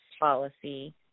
policy